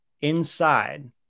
inside